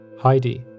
Heidi